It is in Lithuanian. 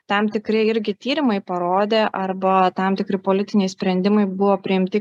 tam tikri irgi tyrimai parodė arba tam tikri politiniai sprendimai buvo priimti